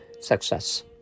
success